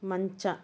ಮಂಚ